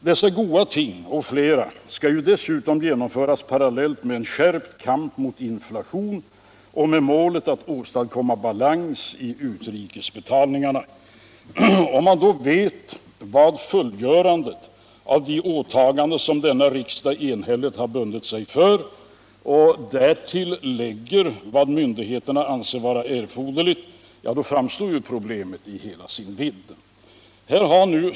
Dessa goda ting och flera därtill skall dessutom genomföras parallellt med en skärpt kamp mot inflationen och med målet att åstadkomma balans i utrikesbetalningarna. Om man då vet vad fullgörandet av de åtaganden som denna riksdag enhälligt har bundit sig för kräver och till det lägger vad myndigheterna anser vara erforderligt. tramstår problemet i hela dess vidd.